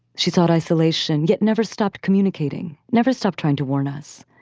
she thought isolation, yet never stopped communicating. never stopped trying to warn us.